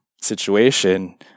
situation